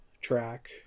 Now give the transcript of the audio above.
track